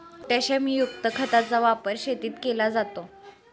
पोटॅशियमयुक्त खताचा वापर शेतीत केला जातो